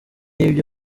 y’ibyo